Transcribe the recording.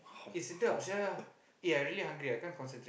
eh sedap sia ya I really hungry I can't concentrate